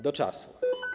Do czasu.